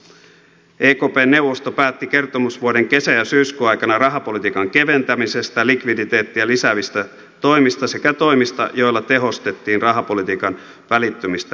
ekpn neuvosto päätti kertomusvuoden kesä ja syyskuun aikana rahapolitiikan keventämisestä likviditeettiä lisäävistä toimista sekä toimista joilla tehostettiin rahapolitiikan välittymistä reaalitalouteen